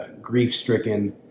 grief-stricken